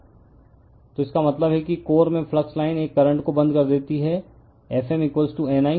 refer slide time 1206 तो इसका मतलब है कि कोर में फ्लक्स लाइन एक करंट को बंद कर देती है Fm NI